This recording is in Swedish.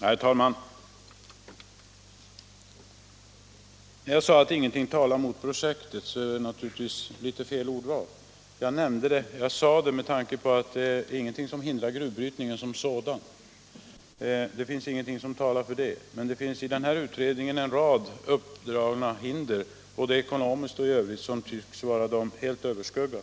Herr talman! När jag sade att ingenting talade emot att starta projektet var det naturligtvis ett litet felaktigt ordval. Jag sade så med tanke på att ingenting hindrar gruvbrytningen som sådan. Ingenting talar för det, men i den här utredningen har dragits fram en rad hinder, både ekonomiska och andra, som tycks vara oöverkomliga.